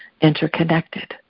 interconnected